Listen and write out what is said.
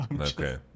Okay